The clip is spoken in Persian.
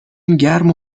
گرم